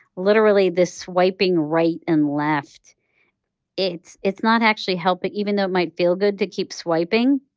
literally, this swiping right and left it's it's not actually helping. even though it might feel good to keep swiping,